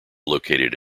located